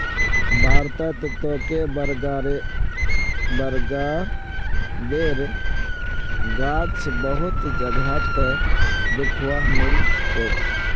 भारतत तोके बरगदेर गाछ बहुत जगहत दख्वा मिल तोक